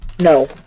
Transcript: No